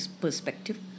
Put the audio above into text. perspective